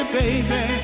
baby